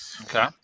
Okay